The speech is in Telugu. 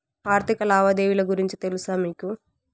ఆర్థిక లావాదేవీల గురించి తెలుసా మీకు